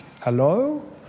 Hello